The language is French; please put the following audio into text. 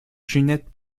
ginette